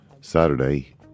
Saturday